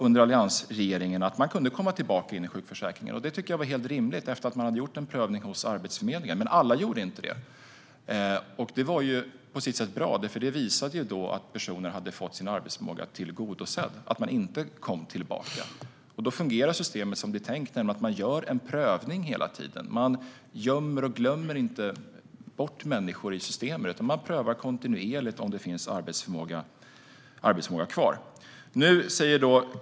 Under alliansregeringen kunde man komma tillbaka in i sjukförsäkringen efter att en prövning gjorts hos Arbetsförmedlingen, och det tycker jag var helt rimligt. Men alla gjorde inte det. Det var på sitt sätt bra, för detta - att personer inte kom tillbaka - visade att de hade fått sin arbetsförmåga tillgodosedd. Då fungerar systemet som det är tänkt, nämligen att en prövning görs hela tiden. Man gömmer och glömmer inte bort människor i systemet, utan man prövar kontinuerligt om det finns arbetsförmåga kvar.